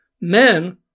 Men